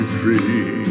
free